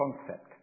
concept